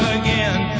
again